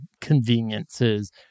conveniences